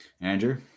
Andrew